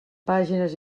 pàgines